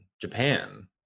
Japan